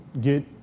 get